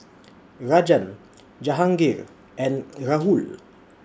Rajan Jahangir and Rahul